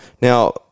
Now